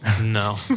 No